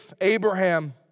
Abraham